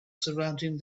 surrounding